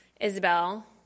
Isabel